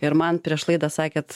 ir man prieš laidą sakėt